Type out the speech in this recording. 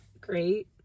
great